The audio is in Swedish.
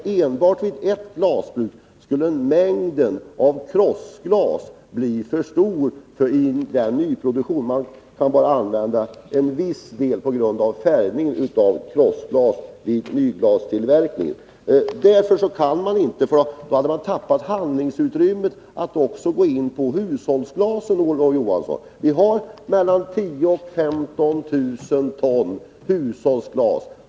Enbart vid ett glasbruk skulle mängden av krossglas bli för stor för nyproduktionen. Man kan på grund av färgning av krossglas bara använda en viss del vid nyglastillverkningen. Då hade man tappat handlingsutrymmet för att också gå in på hushållsglaset, Olof Johansson. Vi har 10 000-15 000 ton hushållsglas.